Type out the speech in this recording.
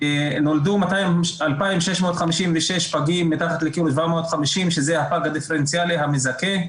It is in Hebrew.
נולדו 2,655 פגים מתחת ל-1.750 ק"ג שזה הפג הדיפרנציאלי המזכה.